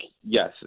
yes